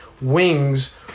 wings –